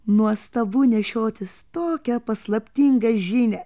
nuostabu nešiotis tokią paslaptingą žinią